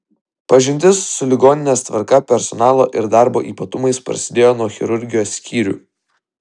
pažintis su ligoninės tvarka personalo ir darbo ypatumais prasidėjo nuo chirurgijos skyrių